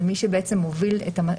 במצב